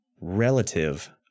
relative